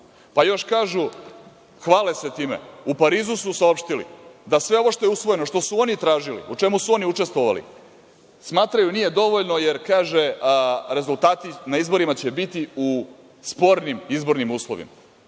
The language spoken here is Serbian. Pa još kažu, hvale se time – u Parizu su saopštili da sve ovo što je usvojeno, što su oni tražili, u čemu su oni učestvovali, smatraju nije dovoljno, jer kaže – rezultati na izborima će biti u spornim izbornim uslovima. Jel